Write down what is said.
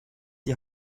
die